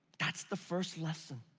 that's the first lesson.